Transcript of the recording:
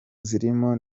zirimo